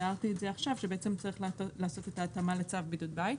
תיארתי את זה עכשיו שבעצם צריך לעשות את ההתאמה לצו בידוד בית.